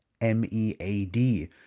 M-E-A-D